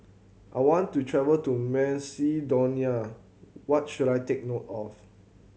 I want to travel to Macedonia what should I take note of